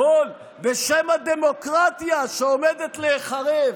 הכול בשם הדמוקרטיה שעומדת להיחרב,